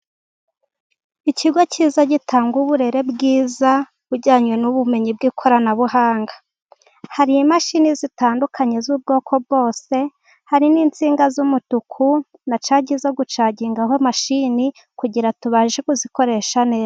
Ikigo cyiza gitanga uburere bwiza bujyanye n'ubumenyi bw'ikoranabuhanga, hari imashini zitandukanye z'ubwoko bwose hari n'insinga z'umutuku, na cagi zo gucagingaho mashini kugira tubashe kuzikoresha neza.